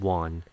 one